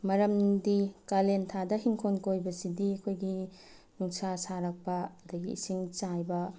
ꯃꯔꯝꯗꯤ ꯀꯥꯂꯦꯟ ꯊꯥꯗ ꯏꯪꯈꯣꯜ ꯀꯣꯏꯕꯁꯤꯗꯤ ꯑꯩꯈꯣꯏꯒꯤ ꯅꯨꯡꯁꯥ ꯁꯥꯔꯛꯄ ꯑꯗꯒꯤ ꯏꯁꯤꯡ ꯆꯥꯏꯕ